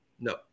No